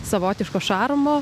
savotiško šarmo